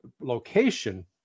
location